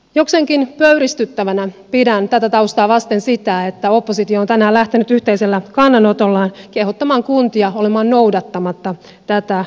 jokseenkin pöyristyttävänä pidän tätä taustaa vasten sitä että oppositio on tänään lähtenyt yhteisellä kannanotollaan kehottamaan kuntia olemaan noudattamatta tätä lainsäädäntöä